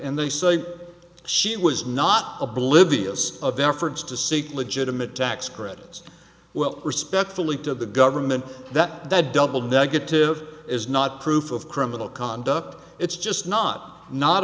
and they say she was not oblivious of efforts to seek legitimate tax credits well respectfully to the government that that double negative is not proof of criminal conduct it's just not not